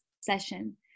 session